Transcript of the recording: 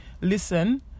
listen